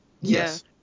Yes